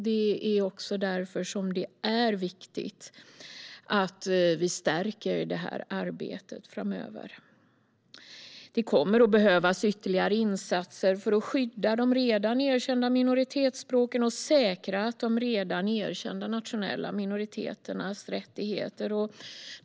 Det är på grund av denna historik som det är viktigt att vi stärker det här arbetet framöver. Det kommer att behövas ytterligare insatser för att skydda de redan erkända minoritetsspråken och säkra de redan erkända nationella minoriteternas rättigheter.